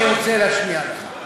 לנתון מסוים שאני רוצה להשמיע לך.